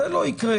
זה לא יקרה.